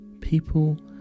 People